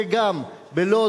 וגם בלוד,